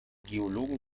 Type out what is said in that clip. geologen